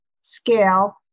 Scale